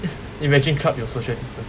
eh imagine club 有 social distance